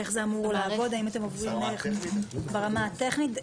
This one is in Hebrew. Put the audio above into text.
איך זה אמור לעבוד ברמה הטכנית,